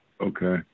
Okay